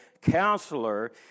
counselor